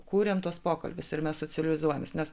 kūrėm tuos pokalbius ir mes socializuojamės nes